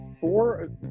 four